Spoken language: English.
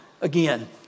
again